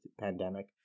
pandemic